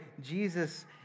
Jesus